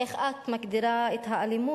איך את מגדירה את האלימות.